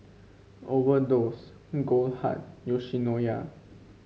Overdose Goldheart Yoshinoya